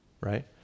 Right